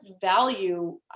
value